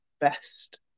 best